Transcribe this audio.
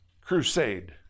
crusade